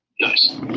Nice